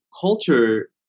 culture